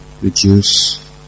Reduce